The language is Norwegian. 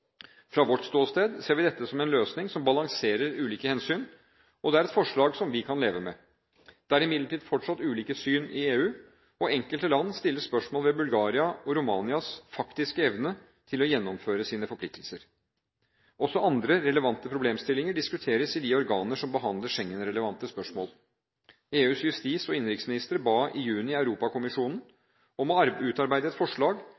Fra vårt ståsted ser vi dette som en løsning som balanserer ulike hensyn, og det er et forslag som vi kan leve med. Det er imidlertid fortsatt ulike syn i EU, og enkelte land stiller spørsmål ved Bulgarias og Romanias faktiske evne til å gjennomføre sine forpliktelser. Også andre relevante problemstillinger diskuteres i de organer som behandler Schengen-relevante spørsmål. EUs justis- og innenriksminister ba i juni Europakommisjonen om å utarbeide et forslag